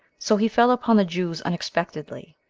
so he fell upon the jews unexpectedly,